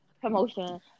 promotion